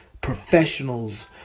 professionals